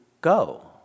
go